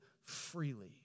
freely